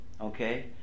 Okay